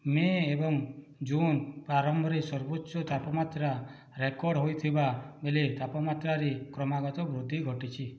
ମେ ଏବଂ ଜୁନ୍ ପ୍ରାରମ୍ଭରେ ସର୍ବୋଚ୍ଚ ତାପମାତ୍ରା ରେକର୍ଡ଼ ହୋଇଥିବା ବେଳେ ତାପମାତ୍ରାରେ କ୍ରମାଗତ ବୃଦ୍ଧି ଘଟିଛି